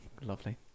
lovely